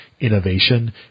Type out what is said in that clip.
innovation